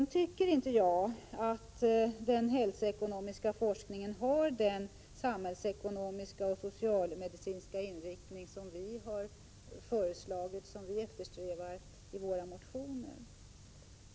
Jag tycker inte att den hälsoekonomiska forskningen har den samhällsekonomiska och socialmedicinska inriktning som vi har föreslagit och som vi eftersträvar i våra motioner.